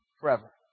Forever